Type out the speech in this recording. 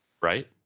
right